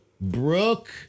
Brooke